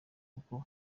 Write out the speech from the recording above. kuko